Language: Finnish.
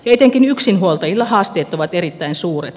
etenkin yksinhuoltajilla haasteet ovat erittäin suuret